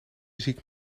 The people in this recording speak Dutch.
ziek